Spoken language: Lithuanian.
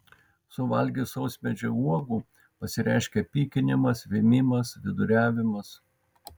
suvalgius sausmedžio uogų pasireiškia pykinimas vėmimas viduriavimas